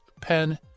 pen